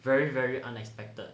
very very unexpected